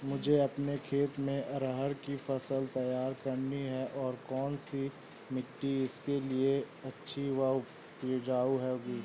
मुझे अपने खेत में अरहर की फसल तैयार करनी है और कौन सी मिट्टी इसके लिए अच्छी व उपजाऊ होगी?